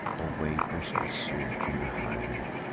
or vapors issue from behind,